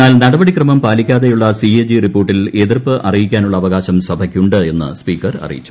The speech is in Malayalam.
എന്നാൽ നടപടിക്രമം പാലിക്കാതെയുള്ള സി എ ജി റിപ്പോർട്ടിൽ എതിർപ്പ് അറിയിക്കാനുള്ള അവകാശം സഭയ്ക്കയുണ്ട് എന്ന് സ്പീക്കർ അറിയിച്ചു